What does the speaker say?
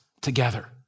together